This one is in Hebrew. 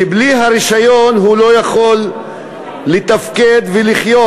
או שבלי הרישיון הוא לא יכול לתפקד ולחיות,